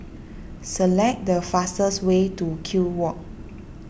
select the fastest way to Kew Walk